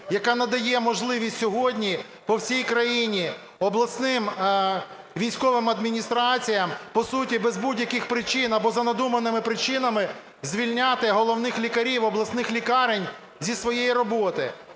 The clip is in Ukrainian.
яка надає можливість сьогодні по всій країні обласним військовим адміністраціям, по суті, без будь-яких причин або за надуманими причинами звільняти головних лікарів обласних лікарень зі своєї роботи.